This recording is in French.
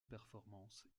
performance